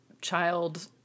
child